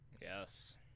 Yes